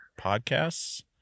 Podcasts